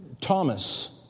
Thomas